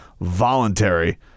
voluntary